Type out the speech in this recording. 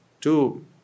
two